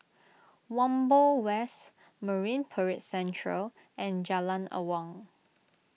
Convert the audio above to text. Whampoa West Marine Parade Central and Jalan Awang